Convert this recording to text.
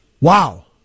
Wow